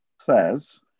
says